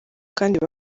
kandi